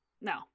No